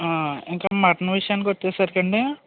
ఇంకా మటన్ విషయానికి వచ్చేసరికి అండి